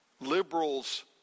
Liberals